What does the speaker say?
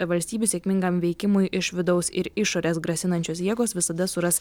valstybių sėkmingam veikimui iš vidaus ir išorės grasinančios jėgos visada suras